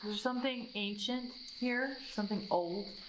something ancient here? something old?